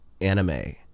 anime